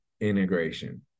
integration